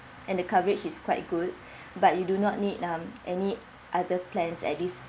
and the coverage is quite good but you do not need um any other plans at this